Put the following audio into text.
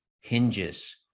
hinges